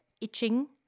itching